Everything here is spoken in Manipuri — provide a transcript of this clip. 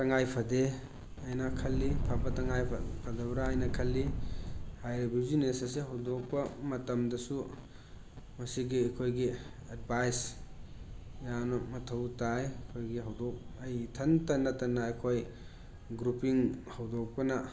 ꯇꯉꯥꯏ ꯐꯗꯦ ꯍꯥꯏꯅ ꯈꯜꯂꯤ ꯐꯕ ꯇꯉꯥꯏ ꯐꯗꯕ꯭ꯔꯥ ꯍꯥꯏꯅ ꯈꯜꯂꯤ ꯍꯥꯏꯔꯤꯕ ꯕ꯭ꯌꯨꯖꯤꯅꯦꯁ ꯑꯁꯤ ꯍꯧꯗꯣꯛꯄ ꯃꯇꯝꯗꯁꯨ ꯃꯁꯤꯒꯤ ꯑꯩꯈꯣꯏꯒꯤ ꯑꯦꯗꯕꯥꯏꯁ ꯌꯥꯝꯅ ꯃꯊꯧ ꯇꯥꯏ ꯑꯩꯈꯣꯏꯒꯤ ꯍꯧꯗꯣꯛ ꯑꯩ ꯏꯊꯟꯇ ꯅꯠꯇꯅ ꯑꯩꯈꯣꯏ ꯒ꯭ꯔꯨꯄꯤꯡ ꯍꯧꯗꯣꯛꯄꯅ